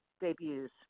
debuts